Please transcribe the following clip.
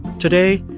today,